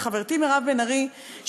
וחברתי מירב בן ארי,